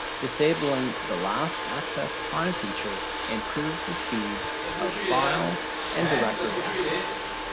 disabling the last access time feature improves the speed of file and directory access.